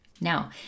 now